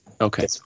Okay